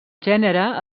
gènere